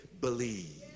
believe